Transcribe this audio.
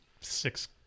six